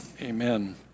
Amen